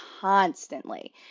constantly